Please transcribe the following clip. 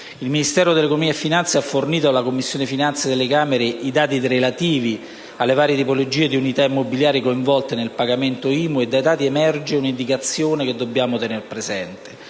Il Ministero dell'economia e delle finanze ha fornito alle Commissioni finanze e tesoro delle Camere i dati relativi alle varie tipologie di unità immobiliari coinvolte nel pagamento dell'IMU e dai dati emerge un'indicazione che dobbiamo tener presente.